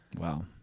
Wow